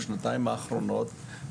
בשנתיים האחרונות.